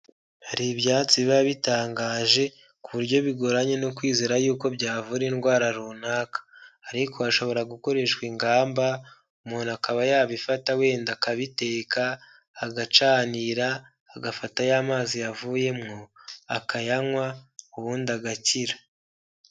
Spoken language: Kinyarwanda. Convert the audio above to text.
Hari ibyatsi biba bitangaje ku buryo bigoranye no kwizera yuko byavura indwara runaka, ariko hashobora gukoreshwa ingamba umuntu akaba yabifata wenda akabiteka, agacanira, agafata ya mazi yavuyemwo akayanywa ubundi agakira.